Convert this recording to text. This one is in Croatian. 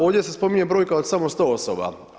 Ovdje se spominje brojka od samo 100 osoba.